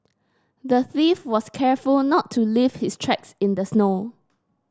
the thief was careful not to leave his tracks in the snow